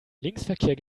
linksverkehr